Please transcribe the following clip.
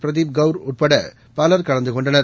பிரதீப் கௌர் உட்பட பலர் கலந்து கொண்டனர்